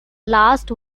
last